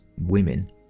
women